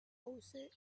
oasis